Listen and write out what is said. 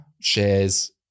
shares